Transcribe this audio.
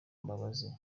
mbabazi